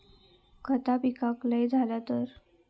खता पिकाक लय झाला तर?